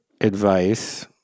advice